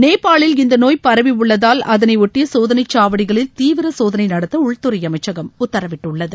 நேபாளில் இந்த நோய் பரவி உள்ளதால் அதனை ஒட்டிய சோதனை சாவடிகளில் தீவிர சோதனை நடத்த உள்துறை அமைச்சகம் உத்தரவிட்டுள்ளது